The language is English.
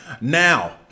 Now